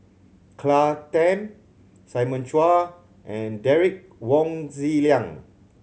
Claire Tham Simon Chua and Derek Wong Zi Liang